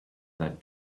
that